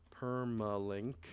permalink